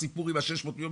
הסיפור של המספר 600 מיליון,